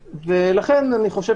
לכן אני חושב